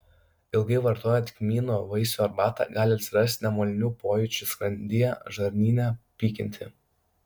ilgai vartojant kmynų vaisių arbatą gali atsirasti nemalonių pojūčių skrandyje žarnyne pykinti